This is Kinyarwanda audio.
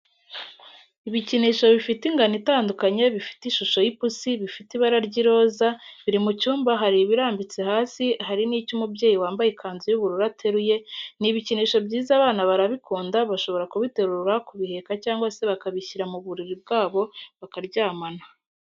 Ibikinisho bifite ingano itandukanye bifite ishusho y'ipusi, bifite ibara ry'iroza, biri mu cyumba hari ibirambitse hasi hari n'icyo umubyeyi wambaye ikanzu y'ubururu ateruye ni ibikinisho byiza abana barabikunda bashobora kubiterura kubiheka cyangwa se bakabishyira mu buriri bwabo bakaryamana.